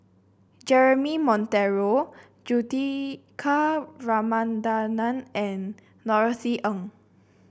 Jeremy Monteiro Juthika Ramanathan and Norothy Ng